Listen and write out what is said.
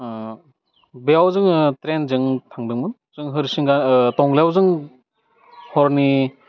बेयाव जोङो ट्रेनजों थांदोंमोन जों हरिसिंगा टंलायाव जों हरनि